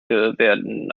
werden